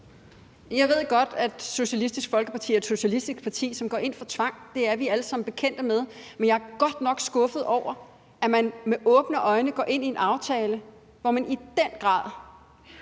Jeg ved godt, at Socialistisk Folkeparti er et socialistisk parti, som går ind for tvang, det er vi alle sammen bekendt med, men jeg er godt nok skuffet over, at man med åbne øjne går ind i en aftale, hvor man i den grad